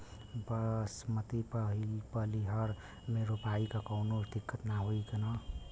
बासमती पलिहर में रोपाई त कवनो दिक्कत ना होई न?